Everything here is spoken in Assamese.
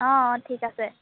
অঁ অঁ ঠিক আছে